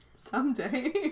Someday